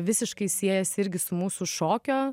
visiškai siejasi irgi su mūsų šokio